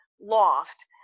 loft